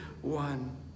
one